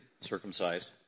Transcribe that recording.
circumcised